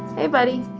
hey buddy.